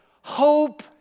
Hope